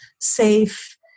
safe